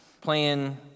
playing